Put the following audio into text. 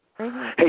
Hey